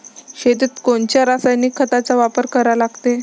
शेतीत कोनच्या रासायनिक खताचा वापर करा लागते?